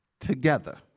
together